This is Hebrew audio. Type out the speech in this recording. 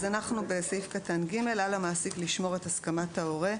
סעיף קטן (ג): "על המעסיק לשמור את הסכמת ההורה,